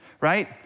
Right